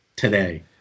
today